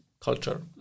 culture